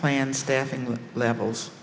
plan staffing levels